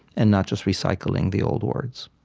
and not just recycling the old words?